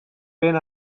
been